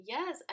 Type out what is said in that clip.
Yes